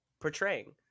portraying